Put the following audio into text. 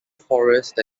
forest